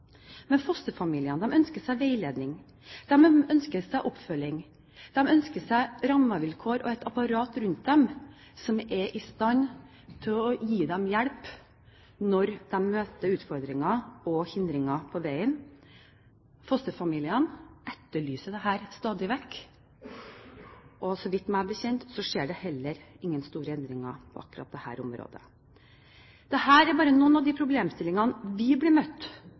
Fosterfamiliene ønsker seg veiledning, de ønsker seg oppfølging, de ønsker seg rammevilkår og et apparat som er i stand til å gi dem hjelp når de møter utfordringer og hindringer på veien. Fosterfamiliene etterlyser dette stadig vekk, og meg bekjent skjer det heller ingen store endringer på dette området. Dette er bare noen av de problemstillingene vi blir møtt